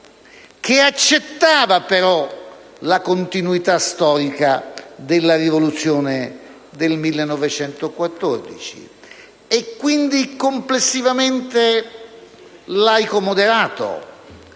che accettava però la continuità storica della rivoluzione del 1914 e, quindi, complessivamente laico moderato.